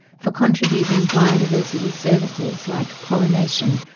for contributing biodiversity services like pollination,